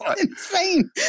Insane